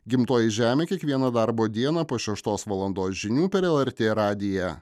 gimtoji žemė kiekvieną darbo dieną po šeštos valandos žinių per lrt radiją